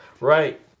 Right